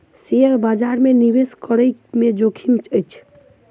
share बजार में निवेश करै में जोखिम अछि